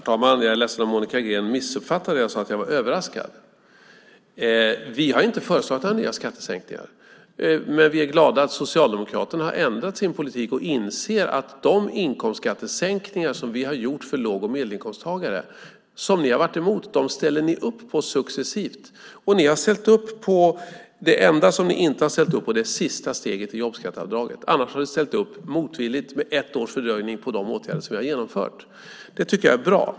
Herr talman! Jag är ledsen om Monica Green missuppfattade det jag sade med att jag var överraskad. Vi har inte föreslagit några nya skattesänkningar. Men vi är glada åt att Socialdemokraterna har ändrat sin politik och successivt ställer upp på de inkomstskattesänkningar som vi har gjort för låg och medelinkomsttagare, som ni har varit emot. Det enda som ni inte har ställt upp på är sista steget i jobbskatteavdraget. Annars har ni ställt upp, motvilligt, med ett års fördröjning, på de åtgärder som vi har genomfört. Det tycker jag är bra.